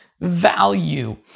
value